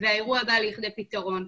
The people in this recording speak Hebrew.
והאירוע בא לכדי פתרון.